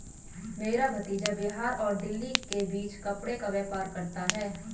मेरा भतीजा बिहार और दिल्ली के बीच कपड़े का व्यापार करता है